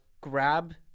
grab